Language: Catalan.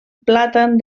plàtan